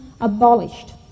abolished